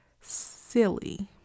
silly